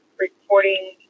recording